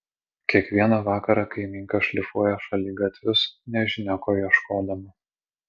kiekvieną vakarą kaimynka šlifuoja šaligatvius nežinia ko ieškodama